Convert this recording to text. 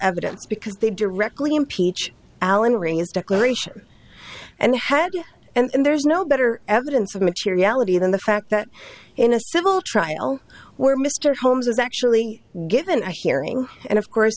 evidence because they directly impeach allen ring his declaration and head and there's no better evidence of materiality than the fact that in a civil trial where mr holmes is actually given i hearing and of course